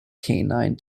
canine